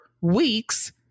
weeks